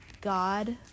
God